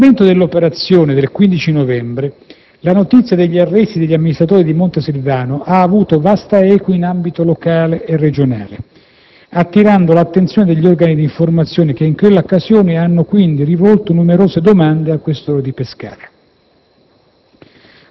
Al momento dell'operazione del 15 novembre, la notizia degli arresti degli amministratori di Montesilvano ha avuto vasta eco in ambito locale e regionale, attirando l'attenzione degli organi d'informazione, che in quell'occasione hanno quindi rivolto numerose domande al questore di Pescara.